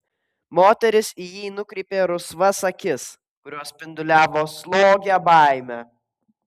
moteris į jį nukreipė rusvas akis kurios spinduliavo slogią baimę